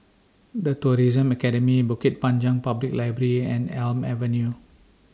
The Tourism Academy Bukit Panjang Public Library and Elm Avenue